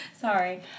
Sorry